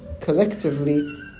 collectively